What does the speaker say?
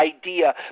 idea